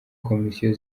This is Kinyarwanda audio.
komisiyo